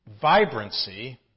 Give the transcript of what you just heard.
Vibrancy